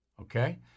Okay